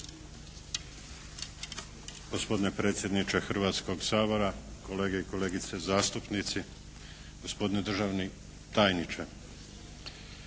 Gospodine predsjedniče Hrvatskog sabora, kolege i kolegice zastupnici, gospodine državni tajniče.